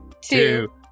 two